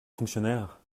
fonctionnaires